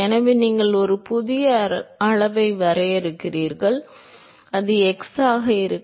எனவே நீங்கள் ஒரு புதிய அளவை வரையறுக்கிறீர்கள் இது x ஆக இருக்கும்